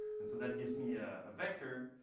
and so that gives me ah a vector.